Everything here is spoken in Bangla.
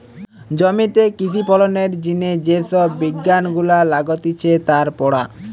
জমিতে কৃষি ফলনের জিনে যে সব বিজ্ঞান গুলা লাগতিছে তার পড়া